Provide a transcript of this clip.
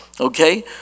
Okay